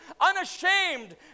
unashamed